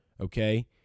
okay